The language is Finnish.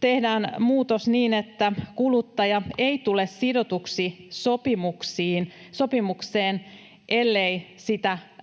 tehdään muutos niin, että kuluttaja ei tule sidotuksi sopimukseen, ellei sitä